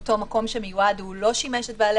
אותו מקום שמיועד הוא לא שימש את בעלי